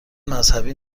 مذهبی